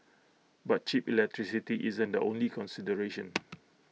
but cheap electricity isn't the only consideration